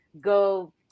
go